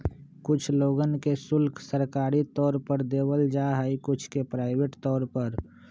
कुछ लोगन के शुल्क सरकारी तौर पर देवल जा हई कुछ के प्राइवेट तौर पर